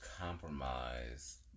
compromise